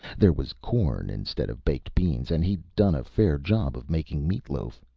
there was corn instead of baked beans, and he'd done a fair job of making meat loaf.